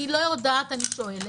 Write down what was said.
אני לא יודעת אני שואלת.